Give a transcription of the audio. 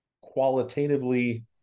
qualitatively